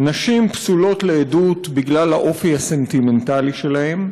"נשים פסולות לעדות בגלל האופי הסנטימנטלי שלהן",